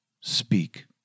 Speak